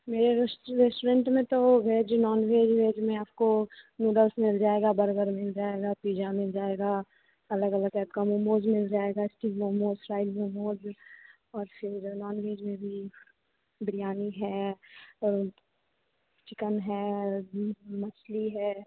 मेरे रूस रेस्टोरेंट में तो वेज नॉन वेज वेज में आपको नूडल्स मिल जाएगा बर्गर मिल जाएगा पिज़्ज़ा मिल जाएगा अलग अलग आपका मोमोज़ मिल जाएगा स्टीम मोमोज़ फ्राइ मोमोज़ और फिर नॉन वेज में भी बिरयानी है और चिकन है मछली है